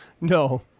No